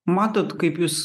matot kaip jūs